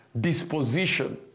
disposition